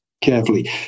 carefully